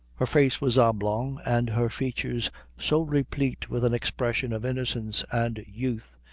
her face was oblong, and her features so replete with an expression of innocence and youth,